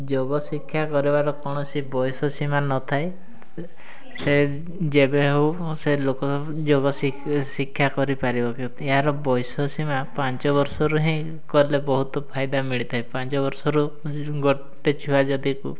ଯୋଗ ଶିକ୍ଷା କରିବାର କୌଣସି ବୟସ ସୀମା ନଥାଏ ସେ ଯେବେ ହେଉ ସେ ଲୋକ ଯୋଗ ଶିକ୍ଷା କରିପାରିବ କି ଏହାର ବୟସ ସୀମା ପାଞ୍ଚ ବର୍ଷରୁ ହିଁ କଲେ ବହୁତ ଫାଇଦା ମିଳିଥାଏ ପାଞ୍ଚ ବର୍ଷରୁ ଗୋଟେ ଛୁଆ ଯଦି